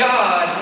God